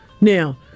Now